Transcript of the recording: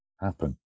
happen